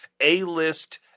A-list